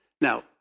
Now